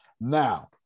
Now